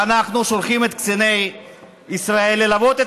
ואנחנו שולחים את קציני ישראל ללוות את